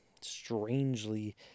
strangely